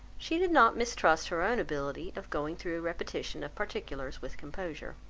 she did not mistrust her own ability of going through a repetition of particulars with composure.